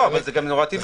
אבל זה גם נורא טבעי.